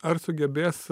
ar sugebės